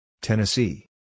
Tennessee